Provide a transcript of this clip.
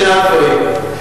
בשני הדברים.